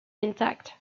intact